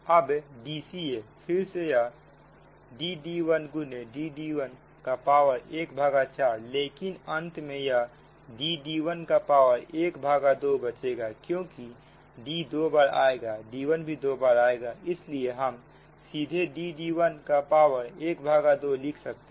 अब Dca फिर से यह Dd1 गुने Dd1 का पावर ¼ लेकिन अंत में यह Dd 1 का पावर ½ बचेगा क्योंकि D दो बार आएगा d1 भी दो बार आएगा इसीलिए हम सीधे Dd1 का पावर ½ लिख सकते हैं